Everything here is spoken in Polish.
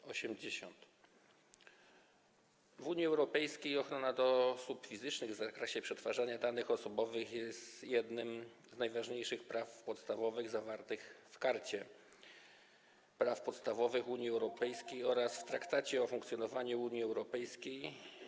W Unii Europejskiej ochrona osób fizycznych w zakresie przetwarzania danych osobowych jest jednym z najważniejszych praw podstawowych zawartych w Karcie Praw Podstawowych Unii Europejskiej oraz w Traktacie o funkcjonowaniu Unii Europejskiej.